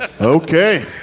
Okay